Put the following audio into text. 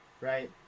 right